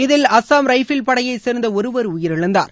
இதில் அஸ்ஸாம் ரைஃபிள் படையைச் சேர்ந்த ஒருவர் உயிரிழந்தார்